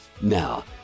Now